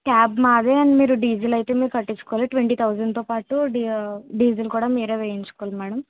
cab మాదే మీరు diesel అయితే మీరు కొట్టించుకోవాలి ట్వంటీ థౌజండ్తో పాటు డీజిల్ కూడా మీరే వేయించుకోవాలి మేడం